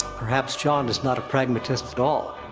perhaps jon is not a pragmatist at all.